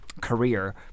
Career